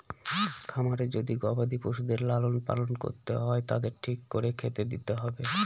খামারে যদি গবাদি পশুদের লালন পালন করতে হয় তাদের ঠিক করে খেতে দিতে হবে